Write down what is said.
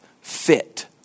fit